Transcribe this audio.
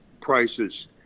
prices